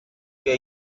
que